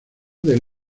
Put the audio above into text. del